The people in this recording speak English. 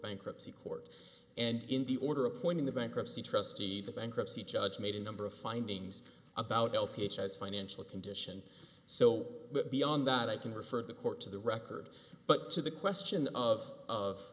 bankruptcy court and in the order appointing the bankruptcy trustee the bankruptcy judge made a number of findings about l t h s financial condition so beyond that i can refer the court to the record but to the question of of